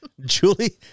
Julie